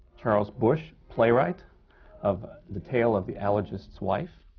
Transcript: charles busch, playwright of the tale of the allergist's wife.